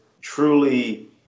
truly